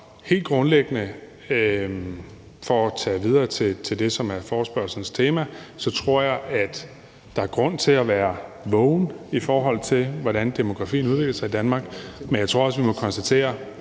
helt grundlæggende – for at tage det videre til det, som er forespørgslens tema – tror jeg, at der er grund til at være vågen, i forhold til hvordan demografien udvikler sig i Danmark. Men jeg tror også, at vi må konstatere,